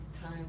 Time